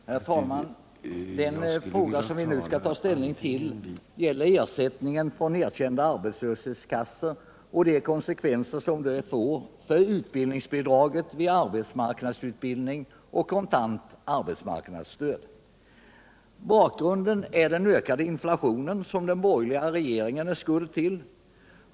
Herr talman! Den fråga som vi nu skall ta ställning till gäller ersättningen från erkända arbetslöshetskassor och de konsekvenser som den får på utbildningsbidraget vid arbetsmarknadsutbildning och på det kontanta arbetsmarknadsstödet. Bakgrunden är den ökade inflation som den borgerliga regeringen är skuld till.